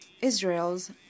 Israel's